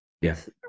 yes